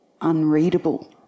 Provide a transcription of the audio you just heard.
unreadable